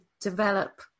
develop